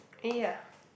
eh ya